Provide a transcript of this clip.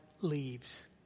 leaves